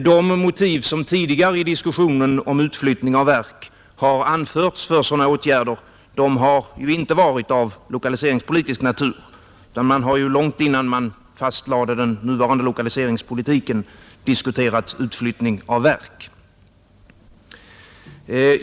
De motiv som tidigare i diskussionen om utflyttning av verk har anförts för sådana åtgärder har inte varit av lokaliseringspolitisk natur, utan man har, långt innan man fastlade den nuvarande lokaliseringspolitiken, diskuterat utflyttningen av verk.